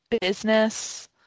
business